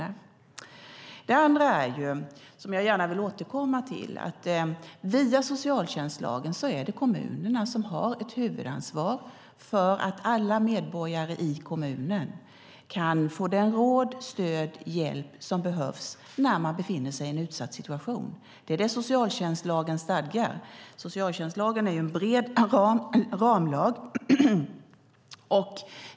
För det andra vill jag gärna återkomma till att det via socialtjänstlagen är kommunerna som har ett huvudansvar för att alla medborgare i kommunen ska få de råd, det stöd och den hjälp som behövs när man befinner sig i en utsatt situation. Det är vad socialtjänstlagen stadgar. Socialtjänstlagen är en bred ramlag.